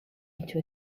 into